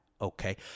okay